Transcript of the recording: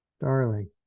darling